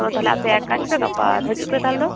ᱚ ᱛᱟᱦᱚᱞᱮ ᱟᱯᱮ ᱮᱠ ᱠᱟᱡᱯᱮ ᱜᱟᱯᱟ ᱦᱤᱡᱩᱜ ᱯᱮ ᱛᱟᱦᱚᱞᱮ ᱫᱚ